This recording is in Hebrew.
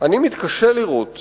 אני מתקשה לראות